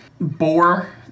boar